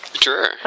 Sure